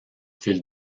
fil